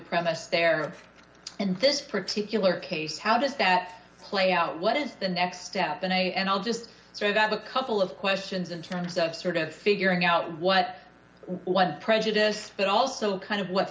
premise there and this particular case how does that play out what is the next step in a and i'll just say that a couple of questions in terms of sort of figuring out what when prejudiced but also kind of what